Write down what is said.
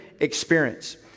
experience